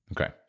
Okay